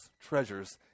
treasures